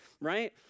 right